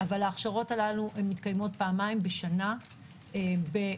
אבל ההכשרות הללו מתקיימות פעמיים בשנה בתחום